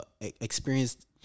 Experienced